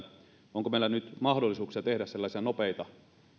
onko meillä mahdollisuuksia tehdä sellaisia nopeita